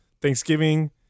thanksgiving